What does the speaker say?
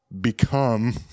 become